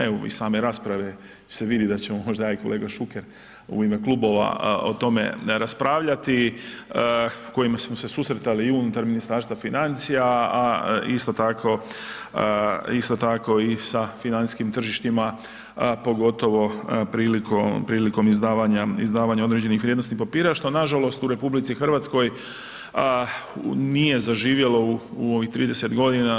Evo iz same rasprave se vidi da ćemo možda ja i kolega Šuker u ime klubova o tome raspravljati, kojima smo se susretali u unutar Ministarstva financija, a isto tako i sa financijskim tržištima pogotovo prilikom izdavanja određenih vrijednosnih papira što nažalost u RH nije zaživjelo u ovih 30 godina.